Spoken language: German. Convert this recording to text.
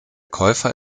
käufer